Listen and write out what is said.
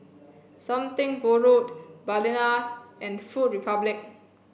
something borrowed Balina and Food Republic